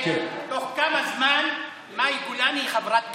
תוך כמה זמן מאי גולן היא חברת קבינט?